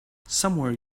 somewhere